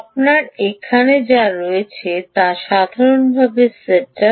আপনার এখানে যা রয়েছে তা সাধারণ সেটআপ